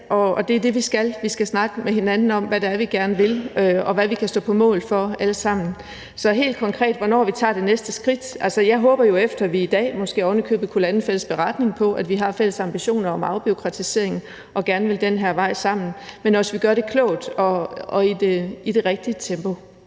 og det er det, vi skal. Vi skal alle sammen snakke med hinanden om, hvad det er, vi gerne vil, og hvad vi kan stå på mål for. Så helt konkret til, hvornår vi tager det næste skridt: Altså, jeg håber jo, at vi måske oven i købet efter i dag kunne lande en fælles beretning over, at vi har fælles ambitioner om afbureaukratisering og gerne vil den her vej sammen, men at vi også gør det klogt og i det rigtige tempo.